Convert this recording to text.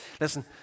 listen